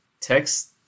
text